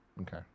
Okay